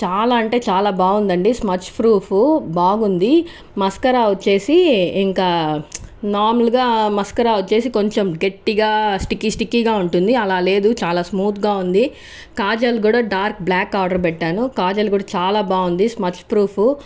చాలా అంటే చాలా బాగుందండి స్మర్చ్ ప్రూఫ్ బాగుంది మస్కార వచ్చేసి ఇంకా మామూలుగా మస్కారా వచ్చేసి కొంచెం గట్టిగా స్టికీ స్టిక్కీ గా ఉంటుంది అలా లేదు చాలా స్మూత్ గా ఉంది కాజల్ గూడ డార్క్ బ్లాక్ ఆర్డర్ పెట్టాను కాజల్ గూడ చాలా బాగుంది స్మర్చ్ ప్రూఫు